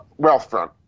Wealthfront